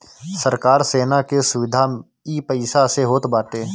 सरकार सेना के सुविधा इ पईसा से होत बाटे